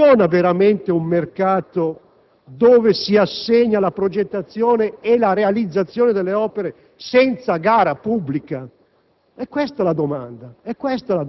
è la seguente: funziona veramente un mercato in cui si assegna la progettazione e la realizzazione delle opere senza gara pubblica?